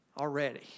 already